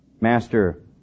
master